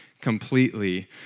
completely